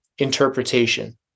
Interpretation